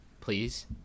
Please